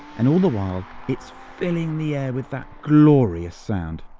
and all the while, it's filling the air with that glorious sound.